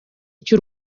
cy’u